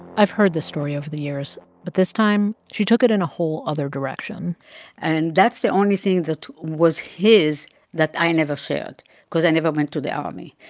i've heard this story over the years, but this time? she took it in a whole other direction and that's the only thing that was his that i never shared cause i never went to the army.